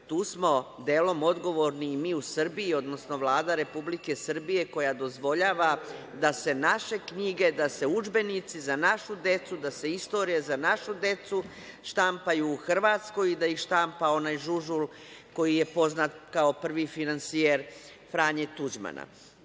tu smo delom odgovorni mi i mi u Srbiji, odnosno Vlada Republike Srbije koja dozvoljava da se naše knjige, da se udžbenici za našu decu, da se istorija za našu decu štampaju u Hrvatskoj, da ih štampa onaj Žužu, koji je poznat kao prvi finansijer Franje